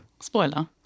Spoiler